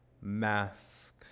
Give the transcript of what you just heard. mask